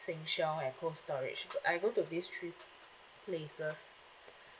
sheng shiong and cold storage I go to these three places